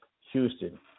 Houston